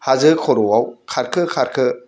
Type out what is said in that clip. हाजो खर'आव खारखो खारखो